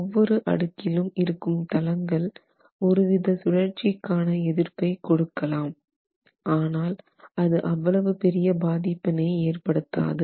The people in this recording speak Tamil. ஒவ்வொரு அடுக்கிலும் இருக்கும் தளங்கள் ஒருவித சுழற்சிக்கான எதிர்ப்பை கொடுக்கலாம் ஆனால் அது அவ்வளவு பெரிய பாதிப்பினை ஏற்படுத்தாது